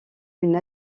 une